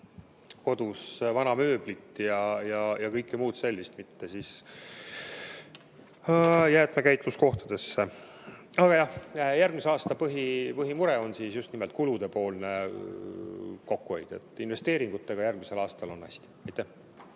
kodust vana mööblit ja kõike muud sellist, mitte jäätmekäitluskohtadesse. Aga jah, järgmise aasta põhimure on just nimelt kulude poole kokkuhoid. Investeeringutega on järgmisel aastal hästi.